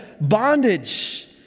bondage